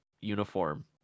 uniform